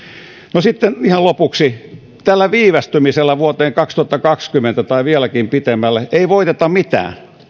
sitten ihan lopuksi tällä viivästymisellä vuoteen kaksituhattakaksikymmentä tai vieläkin pitemmälle ei voiteta mitään